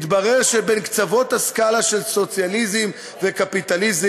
מתברר שבין קצוות הסקאלה של סוציאליזם וקפיטליזם